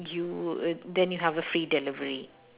you uh then you have the free delivery